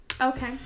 Okay